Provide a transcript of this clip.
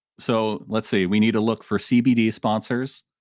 so let's say we need to look for cbd sponsors.